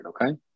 okay